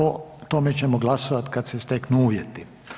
O tome ćemo glasovat kad se steknu uvjeti.